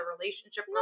relationship